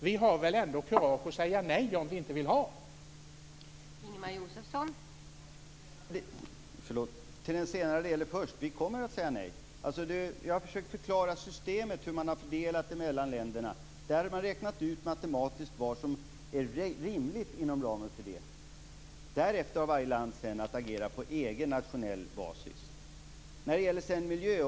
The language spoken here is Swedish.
Vi har väl ändå kurage att säga nej om vi inte vill ha detta.